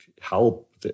help